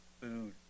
food